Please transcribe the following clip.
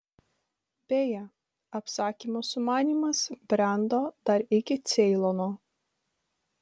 beje apsakymo sumanymas brendo dar iki ceilono